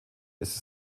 ist